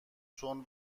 چون